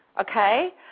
okay